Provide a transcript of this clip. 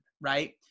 right